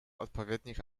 odpowiednich